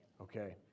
okay